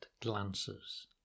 glances